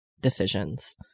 decisions